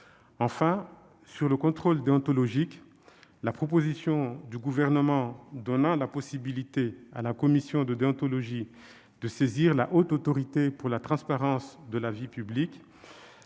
Enfin, sur le contrôle déontologique, la proposition du Gouvernement donnant la possibilité à la commission de déontologie de saisir la Haute Autorité pour la transparence de la vie publique